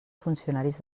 funcionaris